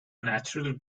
natural